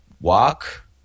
walk